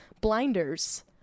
blinders